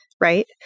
right